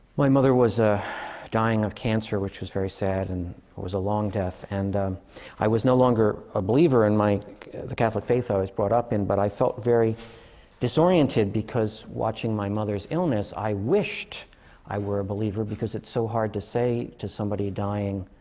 my mother was ah dying of cancer, which was very sad. and it was a long death. and i was no longer a believer in my the catholic faith i was brought up in. but i felt very disoriented, because watching my mother's illness, i wished i were a believer. because it's so hard to say to somebody dying,